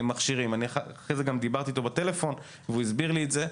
אני אחרי זה גם דיברתי איתו בטלפון והוא הסביר לי את זה: